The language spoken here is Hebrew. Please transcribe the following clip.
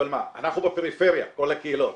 אבל מה, אנחנו בפריפריה כל הקהילות,